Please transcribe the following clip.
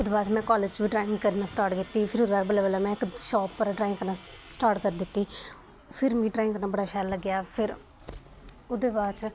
ओह्दे बाद च में कालेज च बी ड्राइंग करना स्टार्ट कीती फिर ओह्दे बाद बल्लें बल्लें में इक शाप उप्पर ड्राइंग करना स्टार्ट करी दित्ती फिर मीं ड्राइंग करना बड़ा शैल लग्गेआ फिर ओहदे बाद च